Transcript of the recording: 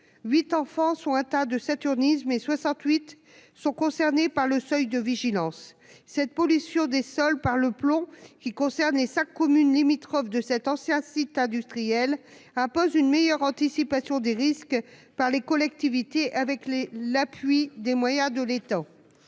8 enfants sont atteints de saturnisme, Mai 68 sont concernés par le seuil de vigilance cette pollution des sols par le plomb qui concerne les sa commune limitrophe de cet ancien site industriel pose une meilleure anticipation des risques par les collectivités, avec les l'appui des moyens de l'État,